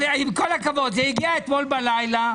עם כל הכבוד, זה הגיע אתמול בלילה.